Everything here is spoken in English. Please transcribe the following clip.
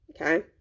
Okay